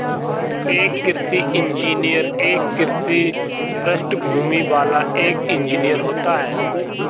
एक कृषि इंजीनियर एक कृषि पृष्ठभूमि वाला एक इंजीनियर होता है